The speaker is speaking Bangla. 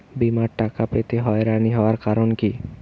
বিমার টাকা পেতে হয়রানি হওয়ার কারণ কি?